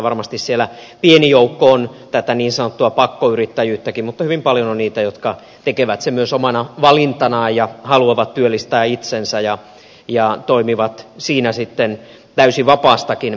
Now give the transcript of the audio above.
varmasti siellä pieni joukko on tätä niin sanottua pakkoyrittäjyyttäkin mutta hyvin paljon on niitä jotka tekevät sen myös omana valintanaan ja haluavat työllistää itsensä ja toimivat siinä sitten täysin vapaastakin tahdosta